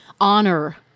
honor